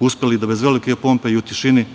uspeli da bez velike pompe i u tišini